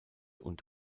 und